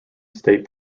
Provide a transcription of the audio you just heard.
state